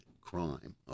crime